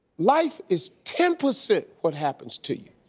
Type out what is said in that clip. life is ten percent what happens to you.